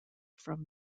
from